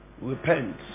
Repent